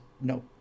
no